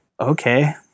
okay